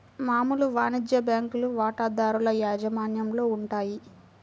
మామూలు వాణిజ్య బ్యాంకులు వాటాదారుల యాజమాన్యంలో ఉంటాయి